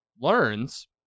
learns